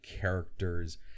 characters